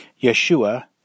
Yeshua